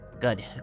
Good